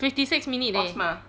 fifty six minute leh